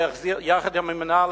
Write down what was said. יחד עם המינהל,